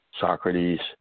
Socrates